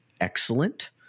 excellent